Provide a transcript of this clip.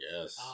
Yes